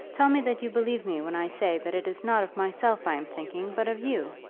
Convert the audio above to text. tell me that you believe me when i say that it is not of myself i am thinking, but of you.